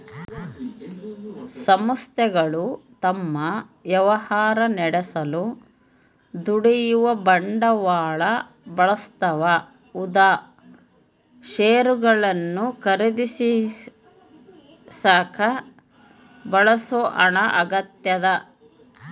ಸಂಸ್ಥೆಗಳು ತಮ್ಮ ವ್ಯವಹಾರ ನಡೆಸಲು ದುಡಿಯುವ ಬಂಡವಾಳ ಬಳಸ್ತವ ಉದಾ ಷೇರುಗಳನ್ನು ಖರೀದಿಸಾಕ ಬಳಸೋ ಹಣ ಆಗ್ಯದ